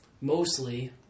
mostly